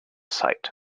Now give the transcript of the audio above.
site